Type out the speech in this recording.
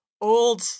old